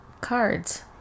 cards